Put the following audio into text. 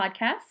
podcast